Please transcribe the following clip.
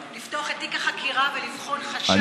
לפתוח את תיק החקירה ולבחון חשד לרצח?